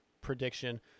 prediction